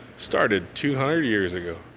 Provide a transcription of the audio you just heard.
started two hundred years ago.